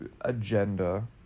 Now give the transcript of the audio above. agenda